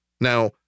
Now